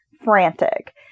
frantic